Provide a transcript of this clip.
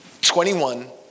21